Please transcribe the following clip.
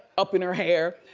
up in her hair,